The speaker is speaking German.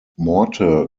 morte